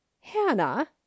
hannah